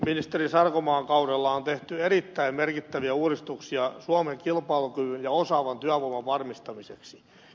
ministeri sarkomaan kaudella on tehty erittäin merkittäviä uudistuksia suomen kilpailukyvyn ja osaavan työvoiman varmistamiseksi